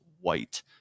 white